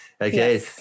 okay